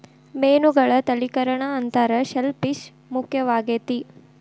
ಮೇನುಗಳ ತಳಿಕರಣಾ ಅಂತಾರ ಶೆಲ್ ಪಿಶ್ ಮುಖ್ಯವಾಗೆತಿ